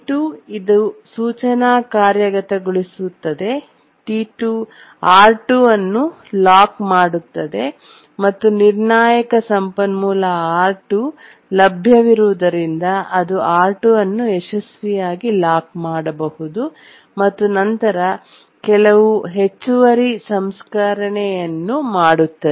T2 ಇದು ಸೂಚನಾ ಕಾರ್ಯಗತಗೊಳಿಸುತ್ತದೆ R2 ಅನ್ನು ಲಾಕ್ ಮಾಡುತ್ತದೆ ಮತ್ತು ನಿರ್ಣಾಯಕ ಸಂಪನ್ಮೂಲ R2 ಲಭ್ಯವಿರುವುದರಿಂದ ಅದು R2 ಅನ್ನು ಯಶಸ್ವಿಯಾಗಿ ಲಾಕ್ ಮಾಡಬಹುದು ಮತ್ತು ನಂತರ ಕೆಲವು ಹೆಚ್ಚುವರಿ ಸಂಸ್ಕರಣೆಯನ್ನು ಮಾಡುತ್ತದೆ